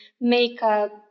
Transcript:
makeup